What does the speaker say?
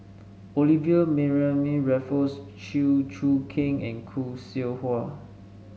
Olivia Mariamne Raffles Chew Choo Keng and Khoo Seow Hwa